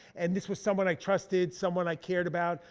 and this was someone i trusted, someone i cared about.